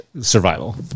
survival